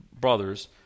brothers